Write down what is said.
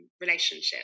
relationship